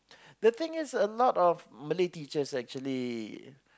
the thing is a lot of Malay teachers actually